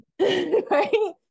right